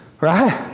Right